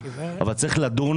אבל צריך לדון